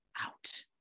out